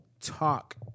talk